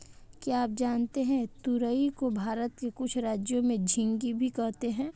क्या आप जानते है तुरई को भारत के कुछ राज्यों में झिंग्गी भी कहते है?